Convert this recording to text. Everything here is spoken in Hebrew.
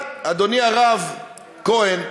אחד, אדוני הרב כהן,